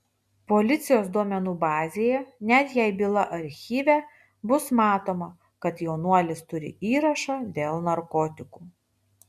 policijos duomenų bazėje net jei byla archyve bus matoma kad jaunuolis turi įrašą dėl narkotikų